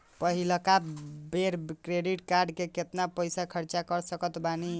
पहिलका बेर credit card से केतना पईसा खर्चा कर सकत बानी?